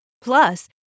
Plus